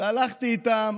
והלכתי איתם